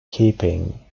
keeping